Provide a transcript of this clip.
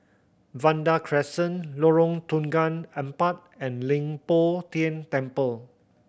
Vanda Crescent Lorong Tukang Empat and Leng Poh Tian Temple